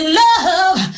love